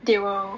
they will